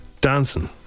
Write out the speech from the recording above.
dancing